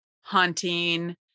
hunting